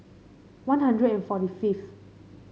One Hundred and forty fifth